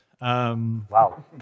Wow